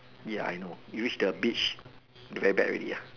ya I know you reach the beach very bad already ah